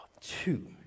Two